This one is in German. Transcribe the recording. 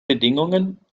bedingungen